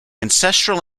ancestral